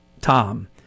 Tom